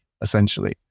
essentially